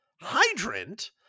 hydrant